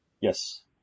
Yes